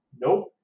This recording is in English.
Nope